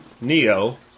Neo